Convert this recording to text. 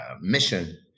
mission